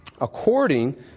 according